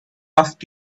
ask